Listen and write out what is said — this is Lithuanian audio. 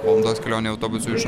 valandos kelionė autobusu iš